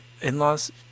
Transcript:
in-laws